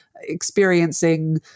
experiencing